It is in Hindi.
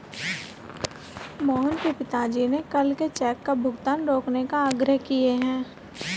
मोहन के पिताजी ने कल के चेक का भुगतान रोकने का आग्रह किए हैं